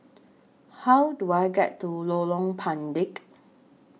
How Do I get to Lorong Pendek